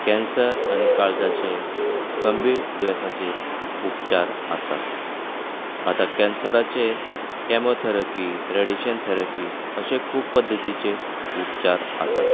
cancer आनी काळजाचे गंभीर दुयेंसांचेर उपचार आसात आतां कँसराचेर कॅमोथॅरपी रेडिएशन थॅरपी अशें खूब पद्दतीचे उपचार आसात